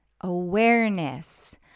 Awareness